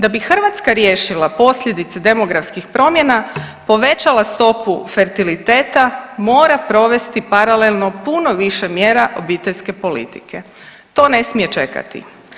Da bi Hrvatska riješila posljedice demografskih promjena, povećala stopu fertiliteta mora provesti paralelno puno više mjera obiteljske politike, to ne smije čekati.